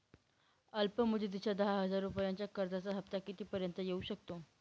अल्प मुदतीच्या दहा हजार रुपयांच्या कर्जाचा हफ्ता किती पर्यंत येवू शकतो?